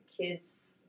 kids